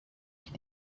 qui